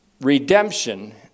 redemption